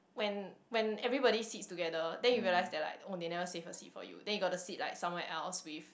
when when everybody sits together then you realize that like oh they never save a seat for you then you got to sit like somewhere else with